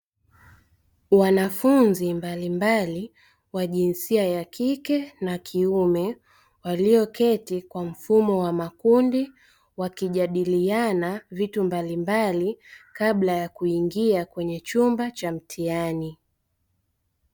Wanafunzi mbalimbali wa jinsia ya kike na kiume walioketi kwa mfumo wa makundi wakijadiliana vitu mbalimbali, kabla ya kuingia kwenye chumba cha mtihani.